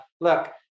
Look